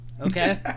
okay